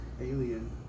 Alien